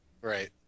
right